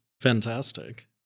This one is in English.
Fantastic